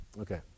Okay